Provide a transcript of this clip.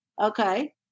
Okay